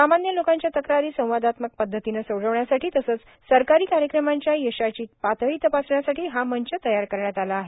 सामान्य लोकांच्या तक्रारी संवादात्मक पद्धतीनं सोडवण्यासाठी तसंच सरकारी कार्यक्रमांच्या यशाची पातळी तपासण्यासाठी हा मंच तयार करण्यात आला आहे